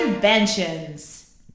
inventions